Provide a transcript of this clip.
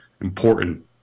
important